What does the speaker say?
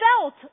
felt